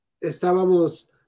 estábamos